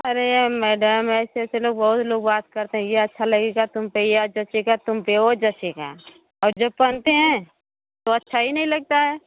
अरे मैडम ऐसे ऐसे लोग बहुत लोग बात करते हैं ये अच्छा लगेगा तुम पे ये जँचेगा तुम पर वो जँचेगा जब पहनते हैं तो अच्छा ही नहीं लगता है